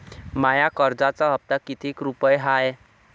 माया कर्जाचा हप्ता कितीक रुपये हाय?